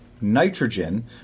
nitrogen